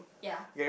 ya